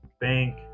bank